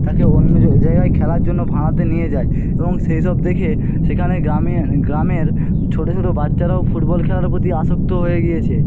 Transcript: তাকে অন্য জ জায়গায় খেলার জন্য ভাড়াতে নিয়ে যায় এবং সেই সব দেখে সেখানে গ্রামে গ্রামের ছোটো ছোটো বাচ্চারাও ফুটবল খেলাটার প্রতি আসক্ত হয়ে গিয়েছে